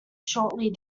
shortly